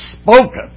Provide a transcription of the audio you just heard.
spoken